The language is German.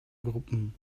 gruppen